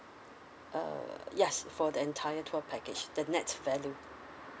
uh yes for the entire tour package the net value